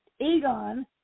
Aegon